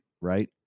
Right